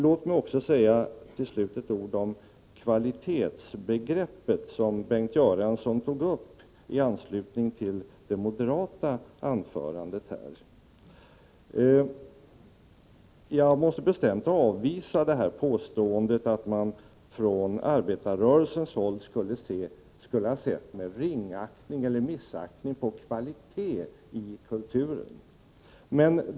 Låt mig sedan säga ett par ord om kvalitetsbegreppet, som Bengt Göransson tog upp i anslutning till det anförande som företrädaren för moderaterna höll. Jag måste bestämt avvisa påståendet att man från arbetarrörelsen skulle ha sett med missaktning på kvalitet i kulturen.